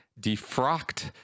defrocked